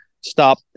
stop